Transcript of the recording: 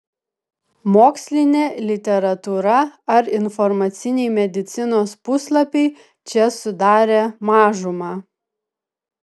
mokslinė literatūra ar informaciniai medicinos puslapiai čia sudarė mažumą